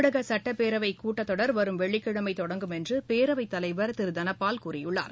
தமிழக சட்டப்பேரவைக் கூட்டத்தொடர் வரும் வெள்ளிக்கிழமை தொடங்கும் என்று பேரவைத் தலைவர் திரு தனபால் கூறியுள்ளார்